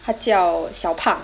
他叫小胖